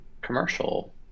commercial